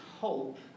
hope